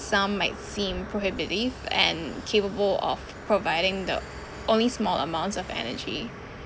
some might seem prohibitive and capable of providing the only small amounts of energy